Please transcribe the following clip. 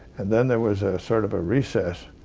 and then there was a sort of a recess,